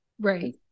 right